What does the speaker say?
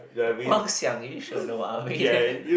Guang-Xiang you sure no I mean